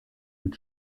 mit